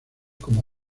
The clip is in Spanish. como